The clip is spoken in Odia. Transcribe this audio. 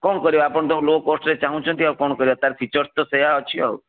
କ'ଣ କରିବା ଆପଣ ତ ଲୋ କୋଷ୍ଟ୍ରେ ଚାହୁଁଛନ୍ତି ଆଉ କ'ଣ କରିବା ତା ଫିଚରସ୍ ତ ସେଇଆ ଅଛି ଆଉ